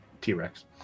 T-Rex